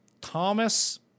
Thomas